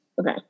Okay